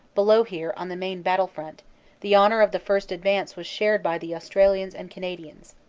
below here on the main battlefront the honor of the first ad vance was shared by the australians and canadians.